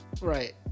right